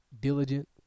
diligent